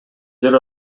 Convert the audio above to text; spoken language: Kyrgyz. жер